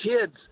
kids